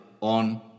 on